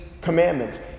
commandments